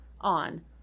on